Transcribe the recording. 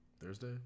Thursday